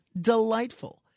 delightful